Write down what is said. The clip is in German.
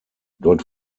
dort